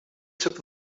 took